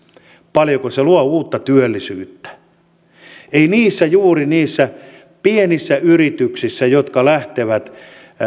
paljonko se luo uutta työllisyyttä ei juuri niissä pienissä yrityksissä jotka lähtevät